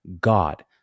God